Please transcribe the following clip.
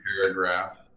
paragraph